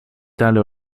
tale